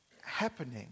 happening